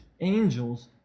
angels